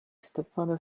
stepfather